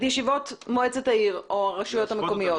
ישיבות מועצת העיר או הרשויות המקומיות.